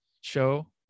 show